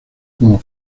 como